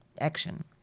action